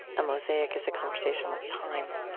a mosaic is a conversation with time.